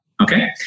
Okay